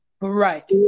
Right